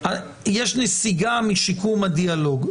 יש נסיגה משיקום הדיאלוג.